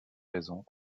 raisons